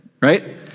right